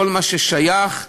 כל מה ששייך נכנס,